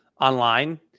online